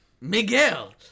Miguel